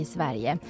Sverige